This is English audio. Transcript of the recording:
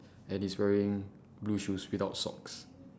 and he is wearing blue shoes without socks